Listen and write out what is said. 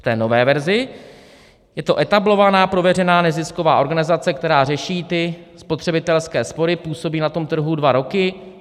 V nové verzi je to etablovaná, prověřená nezisková organizace, která řeší spotřebitelské spory, působí na trhu dva roky.